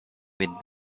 with